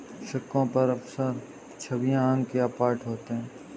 सिक्कों पर अक्सर छवियां अंक या पाठ होते हैं